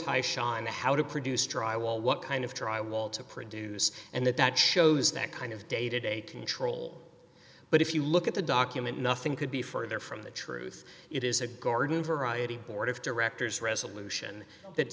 the how to produce dry wall what kind of trial wall to produce and that that shows that kind of day to day control but if you look at the document nothing could be further from the truth it is a garden variety board of directors resolution that